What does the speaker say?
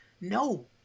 No